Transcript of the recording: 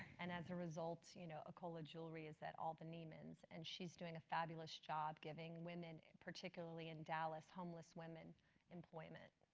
and a result, you know akola jewelry is at all the neimans. and she's doing a fabulous job giving women, particularly in dallas, homeless women employment.